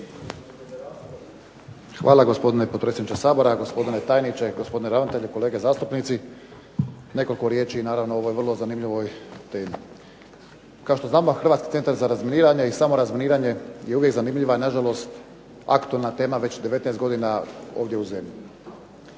Hvala gospodine potpredsjedniče Sabora, gospodine tajniče, gospodine ravnatelju, kolege zastupnici. Nekoliko riječi, naravno, o ovoj vrlo zanimljivoj temi. Kao što znamo Hrvatski centar za razminiranje i samo razminiranje je uvijek zanimljiva i nažalost aktualna tema već 19 godina ovdje u zemlji.